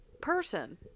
person